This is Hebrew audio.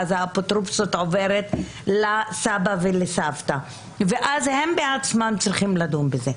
ואז האפוטרופסות עוברת לסבא ולסבתא ואז הם בעצמם צריכים לדון בזה.